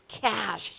cash